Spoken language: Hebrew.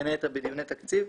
בין היתר בדיוני תקציב,